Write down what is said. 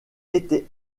été